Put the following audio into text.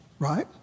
right